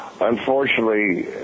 unfortunately